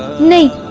naina.